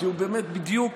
כי הוא באמת אמר בדיוק